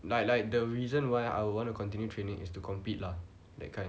like like the reason why I will want to continue training is to compete lah that kind